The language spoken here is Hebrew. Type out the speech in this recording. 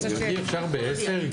גברתי, אפשר בעשר?